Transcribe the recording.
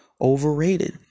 Overrated